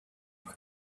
were